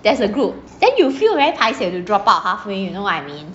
there's a group then you feel very paiseh you have to drop out halfway you know what I mean